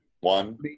one